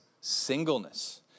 singleness